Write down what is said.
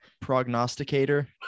Prognosticator